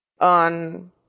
on